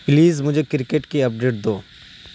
please مجھےکرکٹ کی update دو